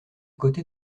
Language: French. côté